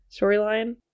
storyline